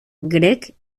grec